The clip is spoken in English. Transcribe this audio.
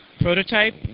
Prototype